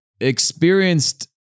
experienced